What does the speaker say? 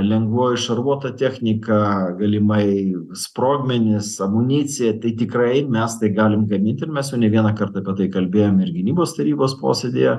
lengvoji šarvuota technika galimai sprogmenys amunicija tai tikrai mes tai galim gaminti ir mes jau ne vieną kartą apie tai kalbėjome ir gynybos tarybos posėdyje